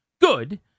good